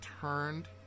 turned